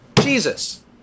Jesus